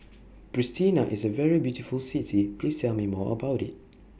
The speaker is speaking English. Pristina IS A very beautiful City Please Tell Me More about IT